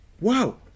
wow